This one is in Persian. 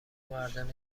مردان